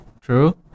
true